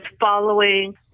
following